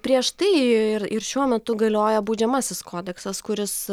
prieš tai ir ir šiuo metu galioja baudžiamasis kodeksas kuris